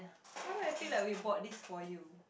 why do I feel like we bought this for you